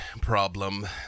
problem